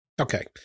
Okay